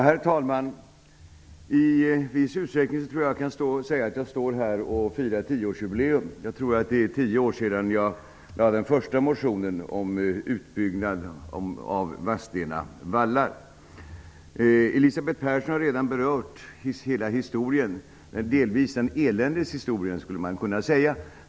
Herr talman! Jag kan säga att jag i viss utsträckning står här och firar tioårsjubileum. Jag tror att det är tio år sedan jag skrev min första motion om utbyggnad av Vadstena vallar. Elisabeth Persson har redan berört hela historien. Det är delvis en eländes historia, skulle man kunna säga.